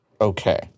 Okay